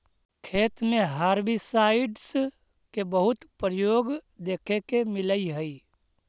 खेत में हर्बिसाइडस के बहुत प्रयोग देखे के मिलऽ हई